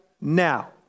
now